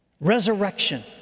Resurrection